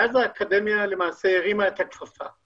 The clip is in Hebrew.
ואז האקדמיה הרימה את הכפפה.